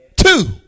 Two